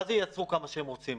מה זה "ייצרו כמה שהם רוצים"?